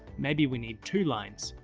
maybe we need two lines,